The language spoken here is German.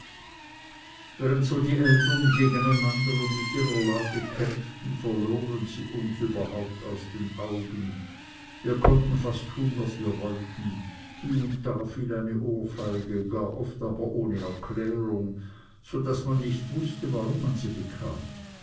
während so die eltern gegeneinander und mit ihrer lage kämpften verloren sie uns überhaupt aus den augen und wir konnten fast tun was wir wollten hie und da fiel eine ohrfeige gar oft aber ohne erklärung so daß man nicht wußte warum man sie bekam